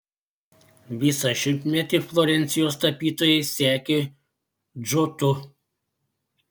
visą šimtmetį florencijos tapytojai sekė džotu